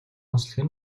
онцлог